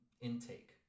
intake